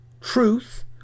truth